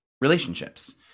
relationships